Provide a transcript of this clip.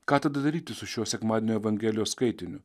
ką tada daryti su šio sekmadienio evangelijos skaitiniu